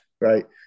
Right